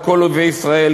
על כל אויבי ישראל,